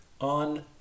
on